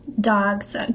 dogs